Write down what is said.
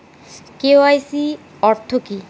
KYC অর্থ কি?